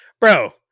Bro